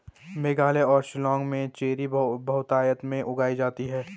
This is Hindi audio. मेघालय और शिलांग में चेरी बहुतायत में उगाई जाती है